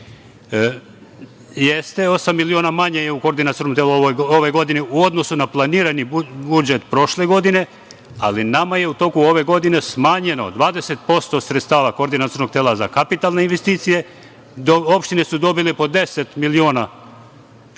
osam miliona je manje u Koordinacionom telu ove godine u odnosu na planirani budžet prošle godine, ali nama je u toku ove godine smanjeno 20% sredstava Koordinacionog tela za kapitalne investicije. Opštine su dobile po 10 miliona iz